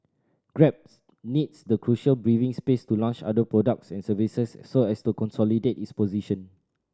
grab needs the crucial breathing space to launch other products and services so as to consolidate its position